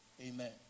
Amen